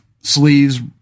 sleeves